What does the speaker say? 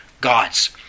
gods